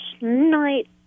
night